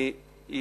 היא